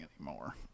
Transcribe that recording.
anymore